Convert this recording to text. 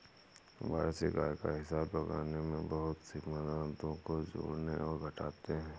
वार्षिक आय का हिसाब लगाने में बहुत सी मदों को जोड़ते और घटाते है